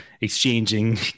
exchanging